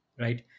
right